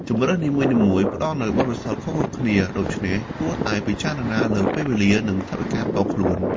ជម្រើសនីមួយៗផ្តល់នូវបទពិសោធន៍ខុសៗគ្នា ដូច្នេះគួរតែពិចារណាពីពេលវេលា និងថវិកាផ្ទាល់ខ្លួន។